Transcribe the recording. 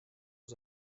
was